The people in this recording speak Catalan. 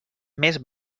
més